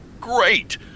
great